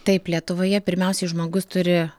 taip lietuvoje pirmiausiai žmogus turi